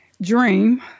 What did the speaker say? dream